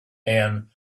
and